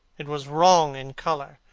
it was wrong in colour.